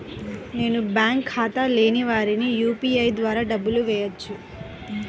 నేను బ్యాంక్ ఖాతా లేని వారికి యూ.పీ.ఐ ద్వారా డబ్బులు వేయచ్చా?